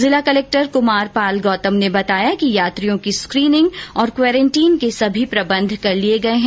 जिला कलक्टर कुमार पाल गौतम ने बताया कि यात्रियों की स्क्रीनिंग और क्वारेंटाइन के सभी प्रबंध कर लिए गए है